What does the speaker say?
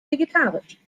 vegetarisch